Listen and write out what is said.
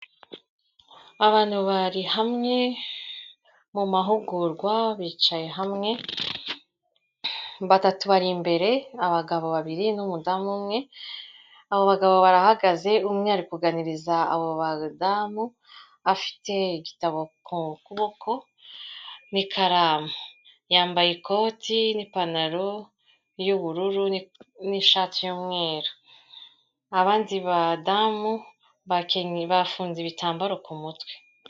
Abantu bari hamwe mu mahugurwa bicaye hamwe, batatu bari imbere: abagabo babiri n'umudamu umwe, abo bagabo barahagaze umwe ari kuganiriza abo badamu afite igitabo ku kuboko n'ikaramu, yambaye ikoti n'ipantaro y'ubururu n'ishati y'umweru, abandi badamu bafunze ibitambaro ku mutwe.